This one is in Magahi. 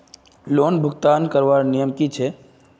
लोन भुगतान करवार नियम की छे?